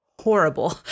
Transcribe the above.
Horrible